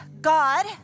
God